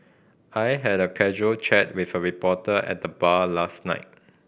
I had a casual chat with a reporter at the bar last night